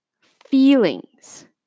feelings